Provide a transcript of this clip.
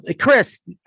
Chris